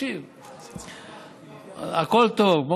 עד שאתם עושים משהו טוב, הכול טוב.